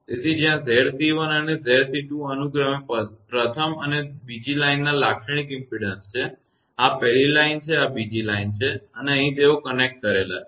તેથી જ્યાં 𝑍𝑐1 અને 𝑍𝑐2 અનુક્રમે પ્રથમ અને બીજી લાઇનના લાક્ષણિક ઇમપેડન્સ છે આ પહેલી લાઇન છે આ બીજી લાઇન છે અને અહીં તેઓ કનેક્ટેડજોડેલા છે